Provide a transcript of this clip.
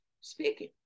Speaking